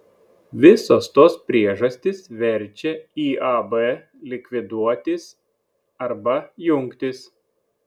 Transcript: visos tos priežastys verčia iab likviduotis arba jungtis